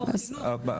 העבודה.